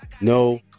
no